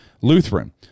Lutheran